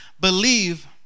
believe